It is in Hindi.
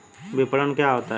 विपणन क्या होता है?